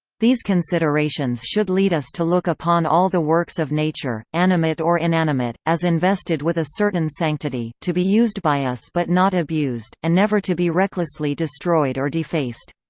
these considerations should lead us to look upon all the works of nature, animate or inanimate, as invested with a certain sanctity, to be used by us but not abused, and never to be recklessly destroyed or defaced.